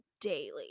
daily